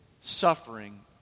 suffering